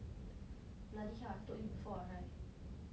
bloody hell I told you before right